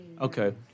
Okay